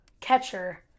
catcher